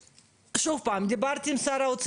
חברות תעופה זרות,